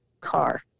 car